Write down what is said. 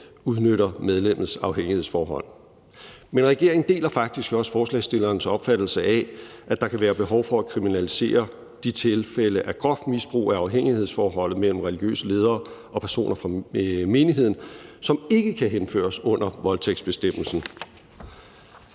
udnytter medlemmets afhængighedsforhold. Men regeringen deler faktisk også forslagsstillernes opfattelse af, at der kan være behov for at kriminalisere de tilfælde af groft misbrug af afhængighedsforholdet mellem religiøse ledere og personer fra menigheden, som ikke kan henføres under voldtægtsbestemmelsen.